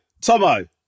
Tomo